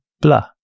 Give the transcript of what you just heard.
blah